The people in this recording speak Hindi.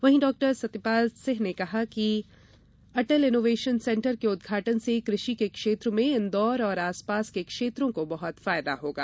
वहीं डॉ सतपाल सिंह ने कहा कि अटल इनोवेशन सेंटर के उद्घाटन से कृषि के क्षेत्र में इंदौर और आसपास के क्षेत्रों को बहुत फायदा होगा